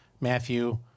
Matthew